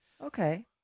Okay